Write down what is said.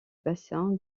bassin